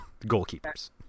goalkeepers